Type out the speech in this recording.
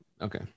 Okay